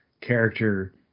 character